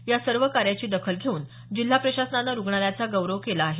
या सर्व कार्याची दखल घेऊन जिल्हा प्रशासनानं रुग्णालयाचा गौरव केला आहे